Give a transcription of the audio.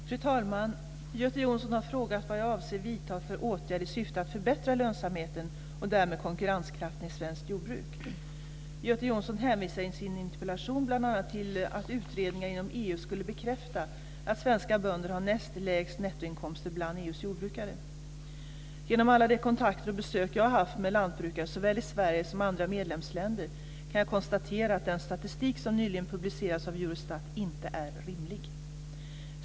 Fru tallman! Göte Jonsson har frågat vad jag avser vidta för åtgärd i syfte att förbättra lönsamheten och därmed konkurrenskraften i svenskt jordbruk. Göte Jonsson hänvisar i sin interpellation bl.a. till att utredningar inom EU skulle bekräfta att svenska bönder har näst lägst nettoinkomster bland EU:s jordbrukare. Genom alla de kontakter och besök jag har haft med lantbrukare såväl i Sverige som i andra medlemsländer kan jag konstatera att den statistik som nyligen publicerats av Eurostat inte är rimlig.